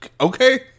Okay